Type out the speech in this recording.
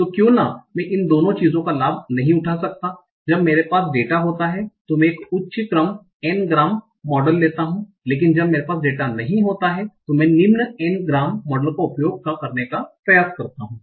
तो क्यू ना मैं उन दोनों चीजों का लाभ नहीं उठा सकता जब भी मेरे पास डेटा होता है तो मैं एक उच्च क्रम N ग्राम मॉडल लेता हूं लेकिन जब भी मेरे पास डेटा नहीं होता है तो मैं निम्न N ग्राम मॉडल का उपयोग करने का प्रयास करता हूं